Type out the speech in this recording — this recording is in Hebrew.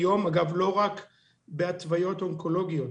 אגב, לא רק בהתוויות אונקולוגיות.